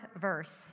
verse